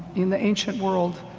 in the ancient world,